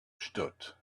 stood